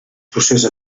processa